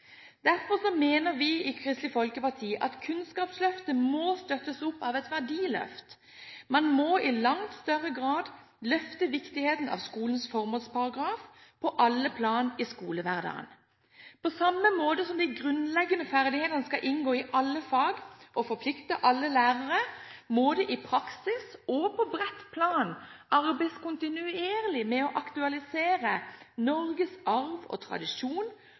Derfor mener vi i Kristelig Folkeparti at Kunnskapsløftet må støttes opp av et verdiløft. Man må i langt større grad løfte viktigheten av skolens formålsparagraf på alle plan i skolehverdagen. På samme måte som de grunnleggende ferdighetene skal inngå i alle fag og forplikte alle lærere, må det i praksis og på bredt plan arbeides kontinuerlig med å aktualisere Norges arv og tradisjon